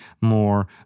more